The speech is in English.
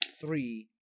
three